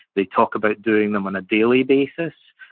they talk about doing them on a daily basis,